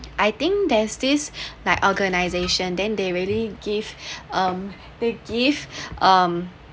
I think there's this like organization then they really give um they give um